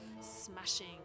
smashing